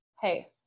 hey